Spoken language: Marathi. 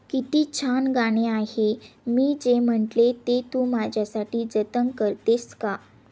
किती छान गाणे आहे मी जे म्हटले ते तू माझ्यासाठी जतन करतेस का